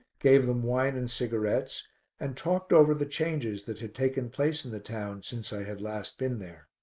gave them wine and cigarettes and talked over the changes that had taken place in the town since i had last been there.